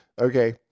Okay